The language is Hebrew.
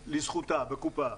לזכותה, בקופה.